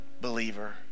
believer